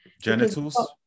genitals